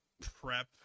prep